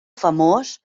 famós